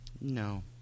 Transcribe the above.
No